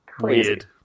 Weird